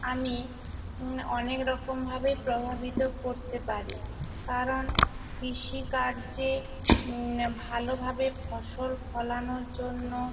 আমি অনেক রকমভাবেই প্রভাবিত করতে পারি কারণ কৃষিকার্যে ভালোভাবে ফসল ফলানোর জন্য